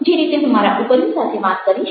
જે રીતે હું મારા ઉપરી સાથે વાત કરીશ